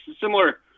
similar